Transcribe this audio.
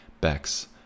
backs